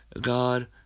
God